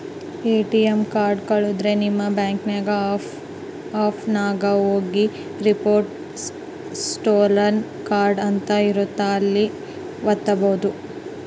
ATM card ಕಳುದ್ರೆ ನಿಮ್ banking app ನಾಗ ಹೋಗಿ ರಿಪೋರ್ಟ್ ಸ್ಟೋಲನ್ ಕಾರ್ಡ್ ಅಂತ ಇರುತ್ತ ಅಲ್ಲಿ ವತ್ತ್ಬೆಕು